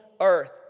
earth